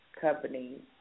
companies